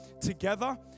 together